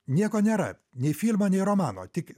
nieko nėra nei filmo nei romano tik